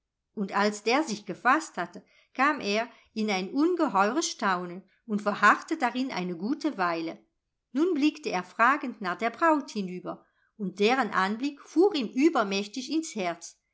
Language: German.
und als der sich gefaßt hatte kam er in ein ungeheures staunen und verharrte darin eine gute weile nun blickte er fragend nach der braut hinüber und deren anblick fuhr ihm übermächtig ins herz